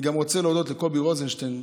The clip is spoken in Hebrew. אני גם רוצה להודות לקובי רוזנשטיין,